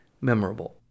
memorable